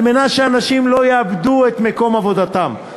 על מנת שאנשים לא יאבדו את מקום עבודתם.